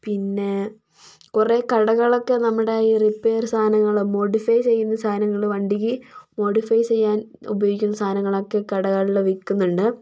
പിന്നെ കുറേ കടകളൊക്കെ നമ്മുടെ ഈ റിപ്പയർ സാനങ്ങളും മോഡിഫൈ ചെയ്യുന്ന സാധനങ്ങളും വണ്ടിക്ക് മോഡിഫൈ ചെയ്യാൻ ഉപയോഗിക്കുന്ന സാധനങ്ങളൊക്കെ കടകളിൽ വിൽക്കുന്നുണ്ട്